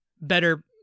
better